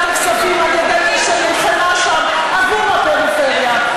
הכספים על-ידי מי שנלחמה שם עבור הפריפריה,